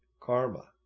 karma